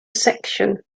section